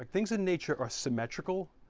things in nature are symmetrical.